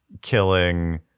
killing